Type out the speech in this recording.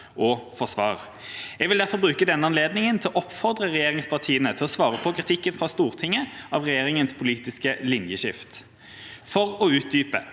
og får svar. Jeg vil derfor bruke denne anledningen til å oppfordre regjeringspartiene til å svare på kritikken fra Stortinget av regjeringas politiske linjeskift. For å utdype: